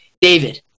David